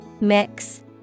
Mix